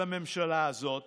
של הממשלה הזאת